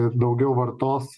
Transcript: ir daugiau vartos